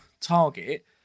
target